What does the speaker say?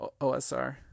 OSR